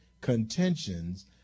contentions